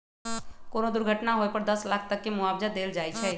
कोनो दुर्घटना होए पर दस लाख तक के मुआवजा देल जाई छई